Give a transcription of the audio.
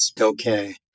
Okay